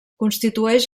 constitueix